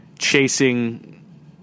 chasing